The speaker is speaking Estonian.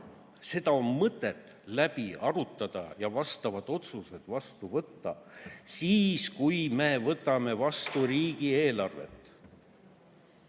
– on mõtet läbi arutada ja vastavad otsused vastu võtta siis, kui me võtame vastu riigieelarvet.